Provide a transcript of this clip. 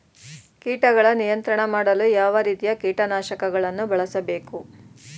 ಕೀಟಗಳ ನಿಯಂತ್ರಣ ಮಾಡಲು ಯಾವ ರೀತಿಯ ಕೀಟನಾಶಕಗಳನ್ನು ಬಳಸಬೇಕು?